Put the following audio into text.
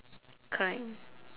kind